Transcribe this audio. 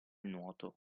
nuoto